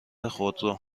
خودرو